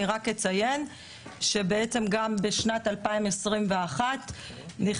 אני רק אציין שבעצם גם בשנת 2021 נכנסו